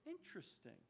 interesting